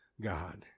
God